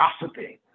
gossiping